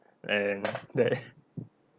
and that